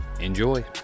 enjoy